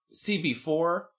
CB4